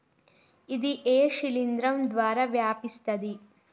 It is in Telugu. ఇది ఏ శిలింద్రం ద్వారా వ్యాపిస్తది?